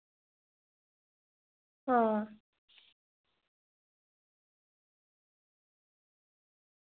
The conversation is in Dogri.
आं